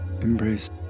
embrace